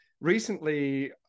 recently